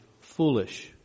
foolish